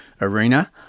arena